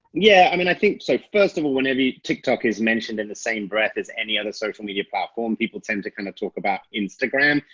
yeah, i mean, i think, so first of all, whenever you tiktok is mentioned in the same breath as any other social media platform, people tend to kind of talk about instagram,